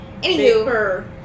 Anywho